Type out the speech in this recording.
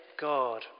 God